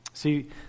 See